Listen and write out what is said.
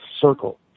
circle